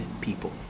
people